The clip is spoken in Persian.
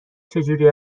چجوری